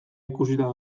ikusita